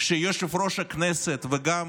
שיושב-ראש הכנסת וגם